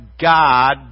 God